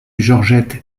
georgette